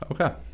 Okay